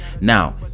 Now